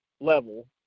level